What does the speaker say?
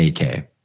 AK